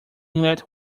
inlet